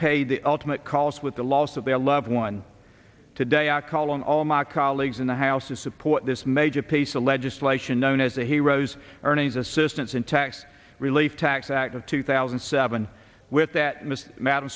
paid the ultimate college with the loss of their loved one today i call on all my colleagues in the house to support this major piece of legislation known as the heroes earnings assistance in tax relief tax act of two thousand and seven with that mr madam